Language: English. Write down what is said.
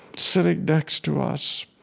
sitting next to us,